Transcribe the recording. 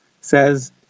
says